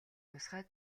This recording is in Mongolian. тусгай